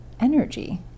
energy